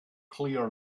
clear